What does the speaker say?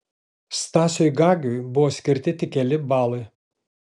stasiui gagiui buvo skirti tik keli balai